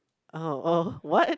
ah oh what